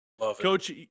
Coach